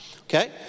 Okay